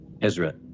Ezra